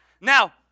Now